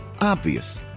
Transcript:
Obvious